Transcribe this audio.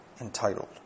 entitled